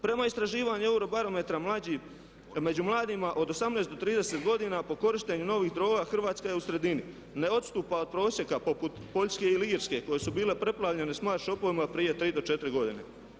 Prema istraživanju Eurobarometra među mladima od 18 do 30 godina po korištenju novih droga Hrvatska je u sredini, ne odstupa od prosjeka poput Poljske ili Irske koje su bile preplavljene smart shopovima prije 3 do 4 godine.